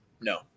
no